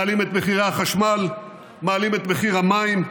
מעלים את מחירי החשמל, מעלים את מחיר המים,